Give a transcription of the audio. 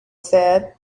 said